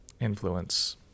influence